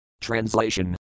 Translation